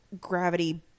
gravity